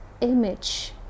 image